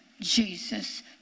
Jesus